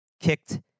kicked